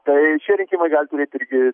tai čia rinkimai gali turėti irgi